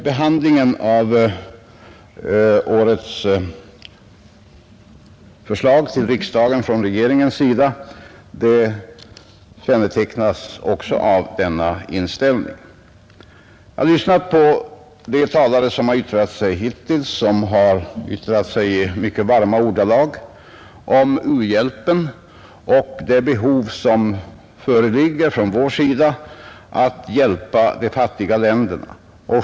Behandlingen av årets förslag till riksdagen från regeringen kännetecknas också av denna inställning. Jag har lyssnat på de talare som yttrat sig hittills och som i mycket varma ordalag har talat om den önskan som föreligger från vår sida att hjälpa de fattiga länderna.